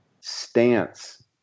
stance